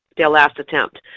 their last attempt.